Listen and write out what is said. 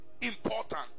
important